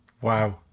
Wow